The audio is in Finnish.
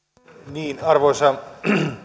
arvoisa